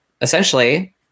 essentially